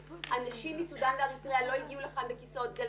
אנשים שמסודן ואריתריאה לא הגיעו לכאן בכיסאות גלגלים,